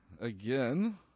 again